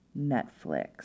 Netflix